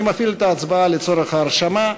אני מפעיל את ההצבעה לצורך ההרשמה,